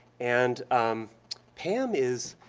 and pam is,